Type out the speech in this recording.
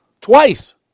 Twice